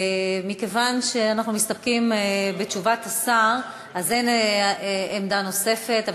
מכיוון שאנחנו מסתפקים בתשובת השר אין עמדה נוספת,